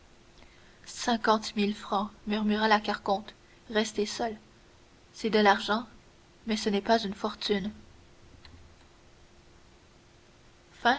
mille francs murmura la carconte restée seule c'est de l'argent mais ce n'est pas une fortune